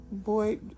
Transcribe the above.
Boy